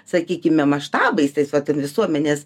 sakykime maštabais taip vat ir visuomenės